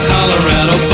Colorado